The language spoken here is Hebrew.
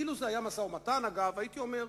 אילו זה היה משא-ומתן, אגב, הייתי אומר: